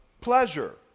pleasure